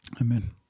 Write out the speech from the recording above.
Amen